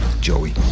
Joey